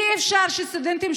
אי-אפשר שסטודנטים,